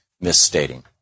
misstating